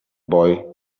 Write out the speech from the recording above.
boy